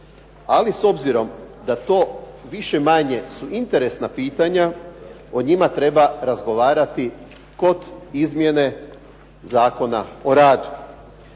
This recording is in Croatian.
Ali s obzirom da to više-manje su interesna pitanja, o njima treba razgovarati kod izmjene Zakona o radu.